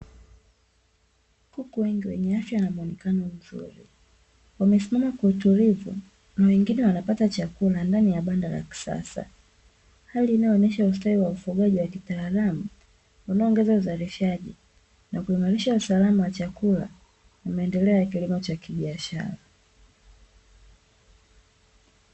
Kuku wengi wenye afya na muonekano mzuri wamesimama kwa utulivu na wengine wanapata chakula ndani ya banda la kisasa. Hali inayoonyesha usitawi wa ufugaji wa kitaalamu, unaoongeza uzalishaji na kuimarisha usalama wa chakula na maendeleo ya kilimo cha kibiashara.